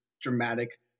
dramatic